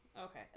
Okay